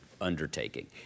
undertaking